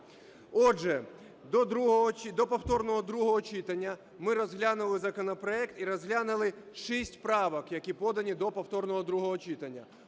Отже, до повторного другого читання ми розглянули законопроект і розглянули 6 правок, які подані до повторного другого читання.